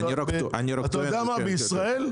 --- בישראל,